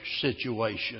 situation